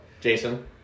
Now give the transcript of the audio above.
Jason